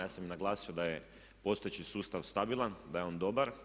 Ja sam i naglasio da je postojeći sustav stabilan, da je on dobar.